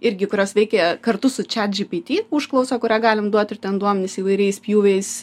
irgi kurios veikia kartu su čiat džypyty užklausa kurią galim duot ir ten duomenis įvairiais pjūviais